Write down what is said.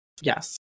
Yes